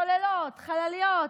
צוללות, חלליות,